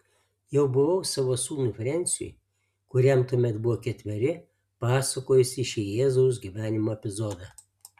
jau buvau savo sūnui frensiui kuriam tuomet buvo ketveri pasakojusi šį jėzaus gyvenimo epizodą